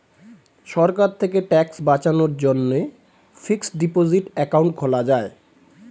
সরকার থেকে ট্যাক্স বাঁচানোর জন্যে ফিক্সড ডিপোসিট অ্যাকাউন্ট খোলা যায়